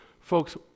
Folks